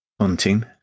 hunting